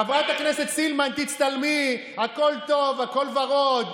חברת הכנסת סילמן, תצטלמי, הכול טוב, הכול ורוד.